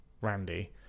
Randy